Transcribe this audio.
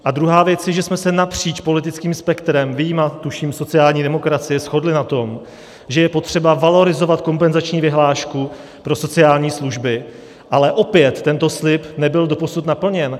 A druhá věc je, že jsme se napříč politickým spektrem vyjma, tuším, sociální demokracie shodli na tom, že je potřeba valorizovat kompenzační vyhlášku pro sociální služby, ale opět tento slib nebyl doposud naplněn.